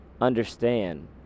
understand